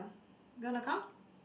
you gonna come